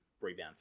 rebound